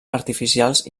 artificials